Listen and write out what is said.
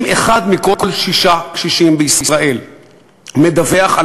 אם אחד מכל שישה קשישים בישראל מדווח על